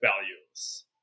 values